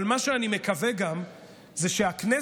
אבל מה שאני מקווה גם הוא שהכנסת